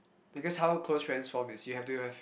because how close friends form is you have to have